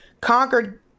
conquered